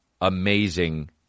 amazing